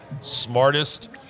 smartest